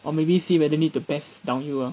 or maybe see whether need to PES down you ah